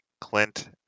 Clint